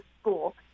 school